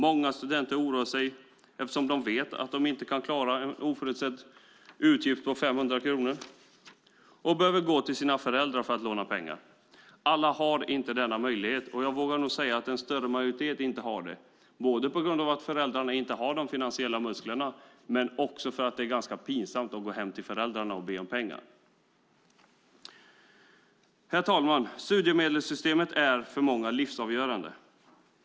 Många studenter oroar sig eftersom de vet att de inte kan klara en oförutsedd utgift på 500 kronor utan måste gå till sina föräldrar och låna pengar. Jag vågar dock påstå att en majoritet inte har denna möjlighet, dels för att föräldrarna inte har de finansiella musklerna, dels för att det är ganska pinsamt att gå hem till föräldrarna och be om pengar. Studiemedelssystemet är livsavgörande för många.